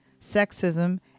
sexism